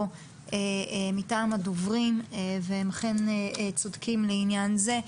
מטעם הדוברים והם אכן צודקים לעניין זה,